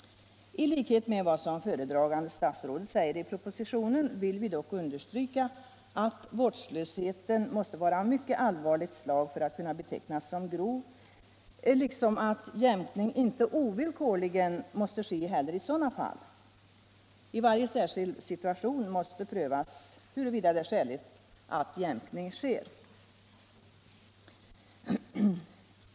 I likhet med vad föredragande statsrådet säger i propositionen vill vi dock understryka att vårdslösheten måste vara av mycket allvarligt slag för att kunna betecknas som grov liksom att jämkning inte heller ovillkorligen måste ske i sådana fall. I varje särskild situation måste prövas huruvida det är skäligt att jämkning sker.